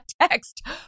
text